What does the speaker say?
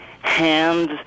Hands